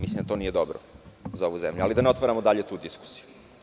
Mislim da to nije dobro, ali da ne otvaramo dalje tu diskusiju.